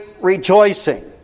rejoicing